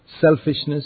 selfishness